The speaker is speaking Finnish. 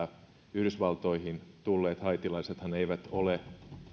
yhdysvaltoihin tulleet haitilaisethan eivät ole